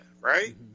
right